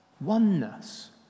Oneness